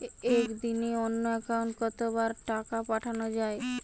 একদিনে অন্য একাউন্টে কত বার টাকা পাঠানো য়ায়?